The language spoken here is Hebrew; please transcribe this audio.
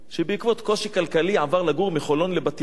שבעקבות קושי כלכלי עבר לגור מחולון לבת-ים.